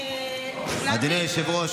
אדוני היושב-ראש,